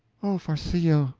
oh, farcillo,